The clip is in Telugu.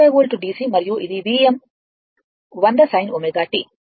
మరియు ఇది Vm 100 sin ωt